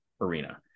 arena